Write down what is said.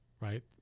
right